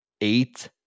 eight